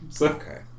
Okay